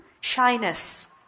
Shyness